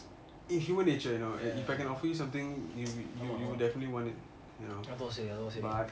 ya ya ya ஆமா ஆமா அதுவும் சேரி அதுவும் சேரி:ama ama athuvum seri sthuvum seri